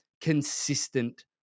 consistent